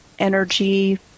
energy